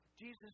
Jesus